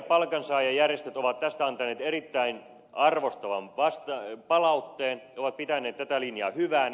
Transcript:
palkansaajajärjestöt ovat tästä antaneet erittäin arvostavan palautteen ovat pitäneet tätä linjaa hyvänä